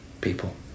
people